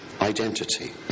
identity